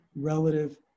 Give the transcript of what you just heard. relative